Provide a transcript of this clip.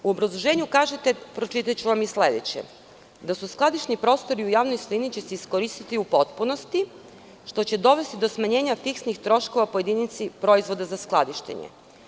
U obrazloženju kažete, pročitaću vam sledeće, da će se skladišni prostori u javnoj svojini iskoristiti u potpunosti, što će dovesti do smanjenja fiksnih troškova po jedinici proizvoda za skladištenje.